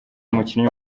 umukinnyi